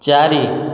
ଚାରି